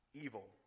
evil